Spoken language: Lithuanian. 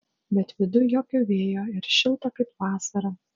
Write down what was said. bet viduj jokio vėjo ir šilta kaip vasarą